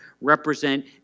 represent